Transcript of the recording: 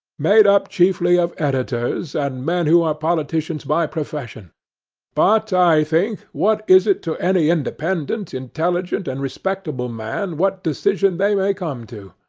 made up chiefly of editors, and men who are politicians by profession but i think, what is it to any independent, intelligent, and respectable man what decision they may come to?